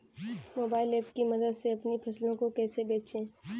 Mobile app की मदद से अपनी फसलों को कैसे बेचें?